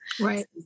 Right